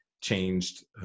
changed